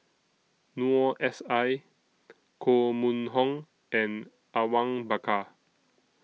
Noor S I Koh Mun Hong and Awang Bakar